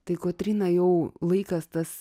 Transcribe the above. tai kotryna jau laikas tas